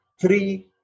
three